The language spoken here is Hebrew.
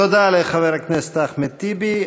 תודה לחבר הכנסת אחמד טיבי.